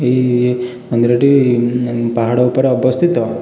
ଏହି ମନ୍ଦିରଟି ପାହାଡ଼ ଉପରେ ଅବସ୍ଥିତ